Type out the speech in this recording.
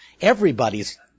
Everybody's